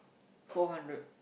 four hundred